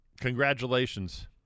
congratulations